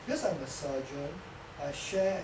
because I'm a sergeant I share